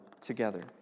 together